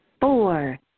four